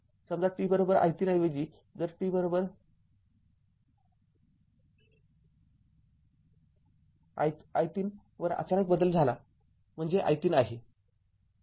समजा t i३ ऐवजीजर t i३ वर अचानक बदल झाला म्हणजे i३ आहे